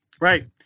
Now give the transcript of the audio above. Right